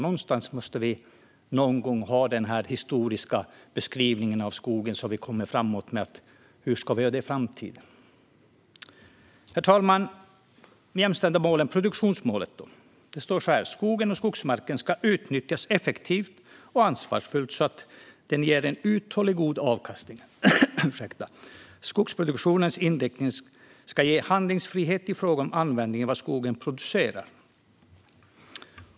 Vi måste någon gång ha den historiska beskrivningen av skogen, så att vi kommer framåt i hur vi ska göra i framtiden. Herr talman! Produktionsmålet då? Så här står det: "Skogen och skogsmarken ska utnyttjas effektivt och ansvarsfullt så att den ger en uthålligt god avkastning. Skogsproduktionens inriktning ska ge handlingsfrihet i fråga om användningen av vad skogen producerar."